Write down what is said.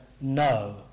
No